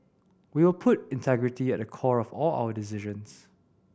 we will put integrity at the core of all our decisions